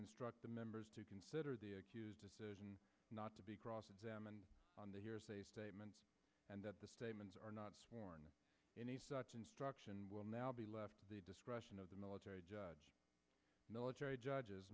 instruct the members to consider the accused not to be cross examined on the hearsay statements and that the statements are not sworn any such instruction will now be left the discretion of the military judge military judges